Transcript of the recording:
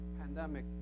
Pandemic